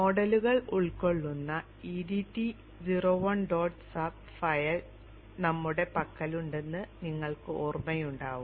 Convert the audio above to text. മോഡലുകൾ ഉൾക്കൊള്ളുന്ന edt 0 1 dot sub file ഞങ്ങളുടെ പക്കലുണ്ടെന്ന് നിങ്ങൾക്ക് ഓർമ്മയുണ്ടാവും